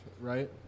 right